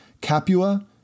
Capua